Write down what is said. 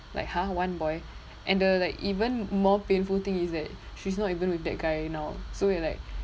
like !huh! one boy and the like even more painful thing is that she's not even with that guy now so we like